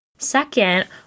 Second